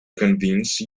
convince